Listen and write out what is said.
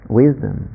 wisdom